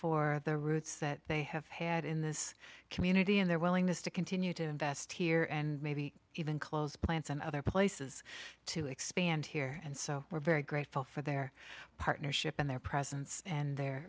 for the roots that they have had in this community and their willingness to continue to invest here and maybe even close plants and other places to expand here and so we're very grateful for their partnership and their presence and their